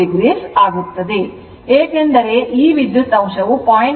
2o ಆಗಿದೆ ಏಕೆಂದರೆ ವಿದ್ಯುತ್ ಅಂಶವು 0